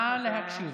נא להקשיב.